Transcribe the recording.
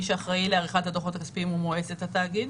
מי שאחראי לעריכת הדוחות הכספיים זאת מועצת התאגיד.